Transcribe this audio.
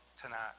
tonight